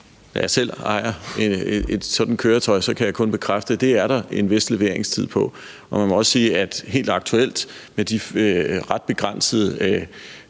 Da jeg selv ejer et sådant køretøj, kan jeg kun bekræfte, at det er der en vis leveringstid på. Man må også sige, at helt aktuelt med de ret begrænsede